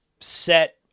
set